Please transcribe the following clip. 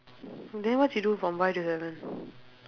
then what she do from five to seven